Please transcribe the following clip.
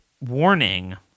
warning